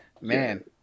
Man